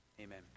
Amen